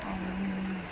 ଆଉ